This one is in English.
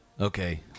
Okay